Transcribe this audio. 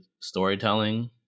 storytelling